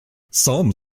some